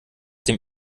dem